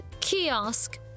kiosk